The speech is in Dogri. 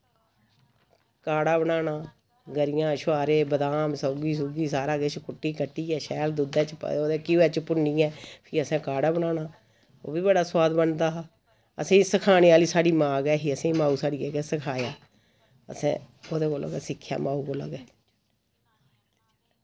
काढ़ा बनाना गरियां छुहारे बदाम सौंगी सुगी सारा किश कुट्टी कट्टियै शैल दुध्दे च ओह् घ्योए च भुन्नियै फ्ही असैं काढ़ा बनाना ओ वि बड़ा सोआद बनदा हा असें सखाने आह्ली साढ़ी मां गै ही असें माऊ साढ़ियै गै सखाया असैं ओह्दे कोला गै सिक्खेआ माऊ कोला गै